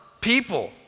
people